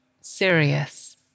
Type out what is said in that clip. serious